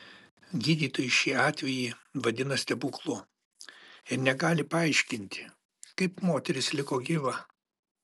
gydytojai šį atvejį vadina stebuklu ir negali paaiškinti kaip moteris liko gyva